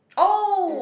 oh